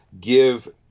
give